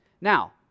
now